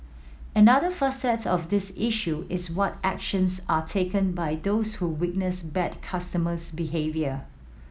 another facet of this issue is what actions are taken by those who witness bad customers behaviour